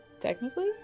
Technically